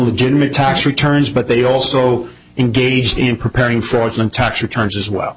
legitimate tax returns but they also engaged in preparing for it and tax returns as well